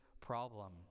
problem